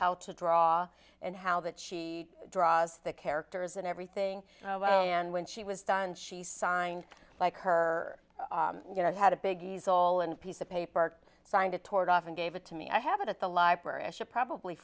how to draw and how that she draws the characters and everything and when she was done she signed like her dad had a big easel and piece of paper signed it toward off and gave it to me i have it at the library i should probably